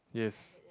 yes